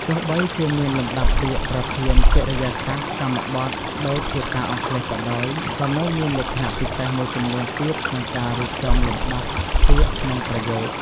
ទោះបីជាមានលំដាប់ពាក្យប្រធាន កិរិយាសព្ទ កម្មបទ ដូចភាសាអង់គ្លេសក៏ដោយ ក៏នៅមានលក្ខណៈពិសេសមួយចំនួនទៀតក្នុងការរៀបចំលំដាប់ពាក្យក្នុងប្រយោគ។